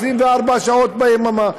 24 שעות ביממה.